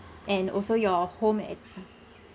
and also your home add~